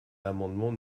l’amendement